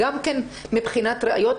-- גם כן מבחינת הראיות,